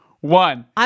one